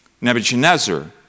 Nebuchadnezzar